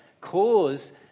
cause